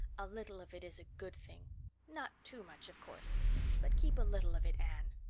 a little of it is a good thing not too much, of course but keep a little of it, anne,